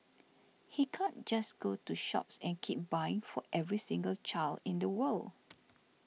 he can't just go to shops and keep buying for every single child in the world